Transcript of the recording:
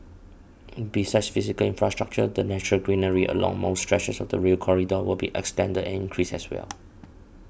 besides physical infrastructure the natural greenery along most stretches of the Rail Corridor will be extended and increased as well